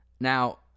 Now